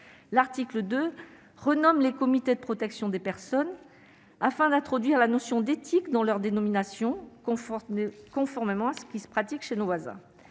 l'article 2 renomme les comités de protection des personnes afin d'introduire la notion d'éthique dans leur dénomination conforte conformément à ce qui se pratique chez nos voisins,